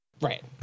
Right